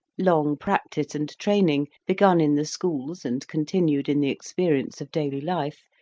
long practice and training, begun in the schools and continued in the experience of daily life,